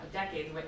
decades